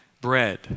bread